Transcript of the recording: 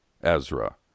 Ezra